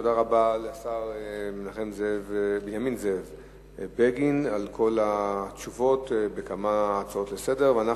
תודה רבה לשר בנימין זאב בגין על כל התשובות בכמה הצעות לסדר-היום.